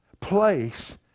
place